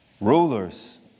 Rulers